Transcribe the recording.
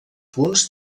punts